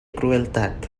crueltat